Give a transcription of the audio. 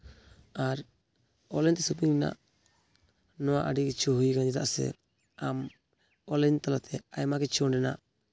ᱟᱨ online ᱛᱮ shopping ᱨᱮᱱᱟᱜ ᱱᱚᱣᱟ ᱟᱹᱰᱤ ᱠᱤᱪᱷᱩ ᱦᱩᱭᱱᱟ ᱪᱮᱫᱟᱜ ᱥᱮ ᱟᱢ ᱚᱱᱞᱟᱭᱤᱱ ᱛᱟᱞᱟᱛᱮ ᱟᱭᱢᱟ ᱠᱤᱪᱷᱩ ᱚᱸᱰᱮᱱᱟᱜ